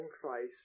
Christ